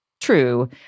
true